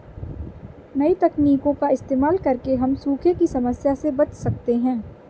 नई तकनीकों का इस्तेमाल करके हम सूखे की समस्या से बच सकते है